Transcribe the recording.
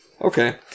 Okay